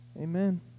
Amen